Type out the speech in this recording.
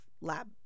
lab